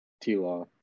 T-Law